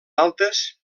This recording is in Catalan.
altes